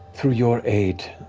through your aid